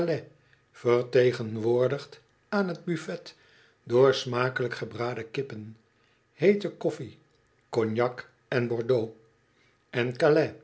vertegenwoordigd aan t buffet door smakelijk gebraden kippen heete koffie cognac en bordeaux en